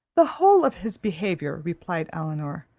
the whole of his behaviour, replied elinor,